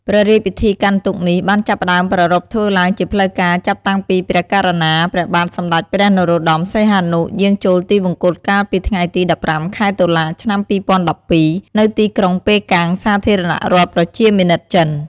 ព្រះរាជពិធីកាន់ទុក្ខនេះបានចាប់ផ្ដើមប្រារព្ធធ្វើឡើងជាផ្លូវការចាប់តាំងពីព្រះករុណាព្រះបាទសម្ដេចព្រះនរោត្ដម សីហនុ យាងចូលទិវង្គតកាលពីថ្ងៃទី ១៥ ខែ តុលា ឆ្នាំ ២០១២ នៅទីក្រុងប៉េកាំង សាធារណរដ្ឋប្រជាមានិតចិន។